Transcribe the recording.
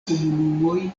komunumoj